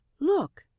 Look